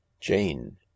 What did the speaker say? jane